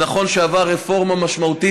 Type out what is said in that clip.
נכון שהוא עבר רפורמה משמעותית,